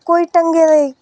कोई ढंगै दी